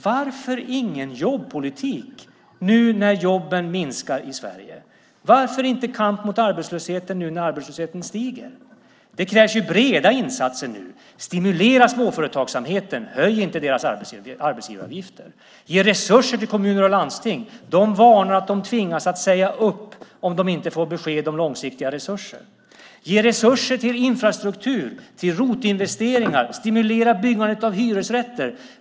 Varför ingen jobbpolitik nu när jobben minskar i Sverige? Varför inte kamp mot arbetslöshet nu när arbetslösheten ökar? Det krävs breda insatser nu. Stimulera småföretagsamheten. Höj inte deras arbetsgivaravgifter. Ge resurser till kommuner och landsting. De varnar för att de tvingas att säga upp om de inte får besked om långsiktiga resurser. Ge resurser till infrastruktur, till rotinvesteringar. Stimulera byggandet av hyresrätter.